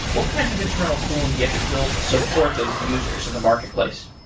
what kinds of internal tooling do you have to build to support those users in the marketplace?